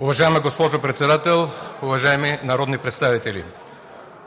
Уважаема госпожо Председател, уважаеми народни представители!